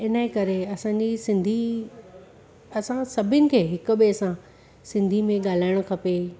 इनजे करे असां पंहिंजी सिंधी असां सभिनि खे हिक ॿिए सां सिंधी में ॻाल्हाइणु खपे